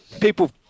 people